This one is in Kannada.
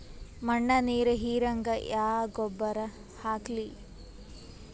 ಮಣ್ಣ ನೀರ ಹೀರಂಗ ಯಾ ಗೊಬ್ಬರ ಹಾಕ್ಲಿ?